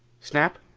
snap?